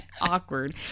awkward